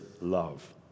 love